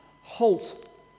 HALT